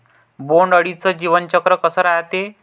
बोंड अळीचं जीवनचक्र कस रायते?